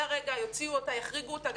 בזה הרגע, יוציאו אותה, יחריגו אותה.